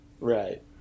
right